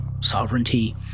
sovereignty